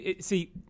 see